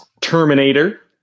Terminator